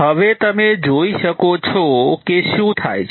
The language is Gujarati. હવે તમે જોઈ શકો છો કે શું થાય છે